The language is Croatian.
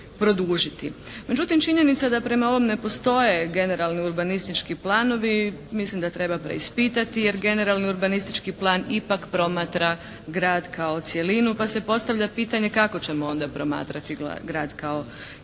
Međutim, činjenica da prema ovome ne postoje generalni urbanistički planovi mislim da treba preispitati jer generalni urbanistički plan ipak promatra grad kao cjelinu, pa se postavlja pitanje kako ćemo onda promatrati grad kao cjelinu